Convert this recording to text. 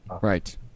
Right